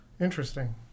interesting